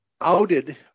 outed